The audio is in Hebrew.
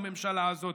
הממשלה הזאת.